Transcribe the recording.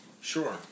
Sure